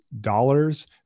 dollars